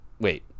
wait